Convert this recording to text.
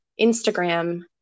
Instagram